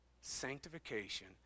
sanctification